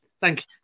Thank